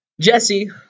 Jesse